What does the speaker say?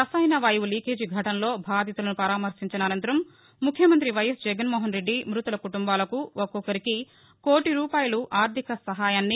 రసాయన వాయువు లీకేజ్ ఘటనలో బాధితులను పరామర్లించిన అనంతరం ముఖ్యమంతి వైఎస్ జగన్మోహన్ రెడ్డి మృతుల కుటుంబాలకు ఒక్కొక్కరికి కోటి రూపాయలు ఆర్దిక సాయాన్ని